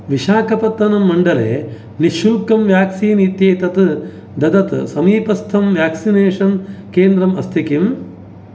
विशाखपत्तनम् मण्डले निःशुल्कं वेक्सीन् इत्येतत् ददत् समीपस्थं वेक्सिनेषन् केन्द्रम् अस्ति किम्